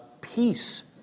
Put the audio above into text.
peace